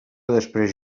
després